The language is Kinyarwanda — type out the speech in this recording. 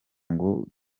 ngo